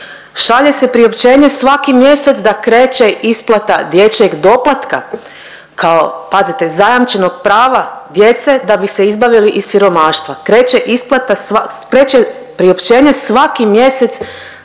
Šalje se priopćenje svaki mjesec da kreće isplata dječjeg doplatka kao, pazite zajamčenog prava djece da bi se izbavili iz siromaštva, kreće priopćenje svaki mjesec